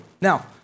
Now